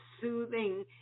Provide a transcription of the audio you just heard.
soothing